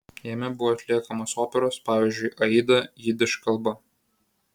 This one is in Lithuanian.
jame buvo atliekamos operos pavyzdžiui aida jidiš kalba